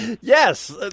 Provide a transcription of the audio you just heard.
Yes